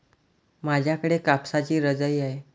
माझ्याकडे कापसाची रजाई आहे